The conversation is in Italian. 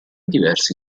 diversi